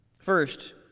First